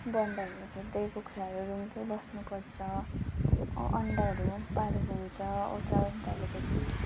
बनढाडेलाई खेद्दै कखुराहरू रुँग्दै बस्नुपर्छ अन्डाहरू पारेको हुन्छ ओथ्रा बस्न थाले पछि